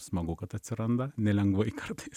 smagu kad atsiranda nelengvai kartais